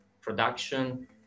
production